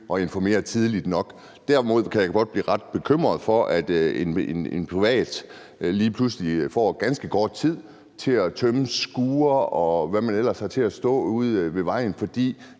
og informere tidligt nok. Derimod kan jeg godt blive ret bekymret for, at en privatperson lige pludselig får ganske kort tid til at tømme skure, og hvad man ellers har til at stå ude ved vejen. For